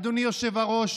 אדוני היושב-ראש,